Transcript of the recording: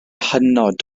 hynod